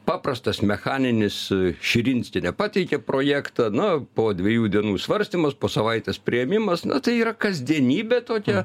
paprastas mechaninis širinskienė pateikė projektą na po dviejų dienų svarstymas po savaitės priėmimas na tai yra kasdienybė tokia